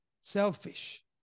selfish